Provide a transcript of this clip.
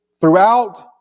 throughout